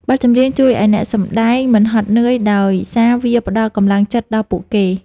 បទចម្រៀងជួយឱ្យអ្នកសម្ដែងមិនហត់នឿយ ដោយសារវាផ្ដល់កម្លាំងចិត្តដល់ពួកគេ។